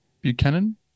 Buchanan